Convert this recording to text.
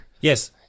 yes